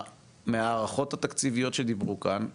מההערכות התקציביות שדיברו כאן,